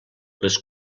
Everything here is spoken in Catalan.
les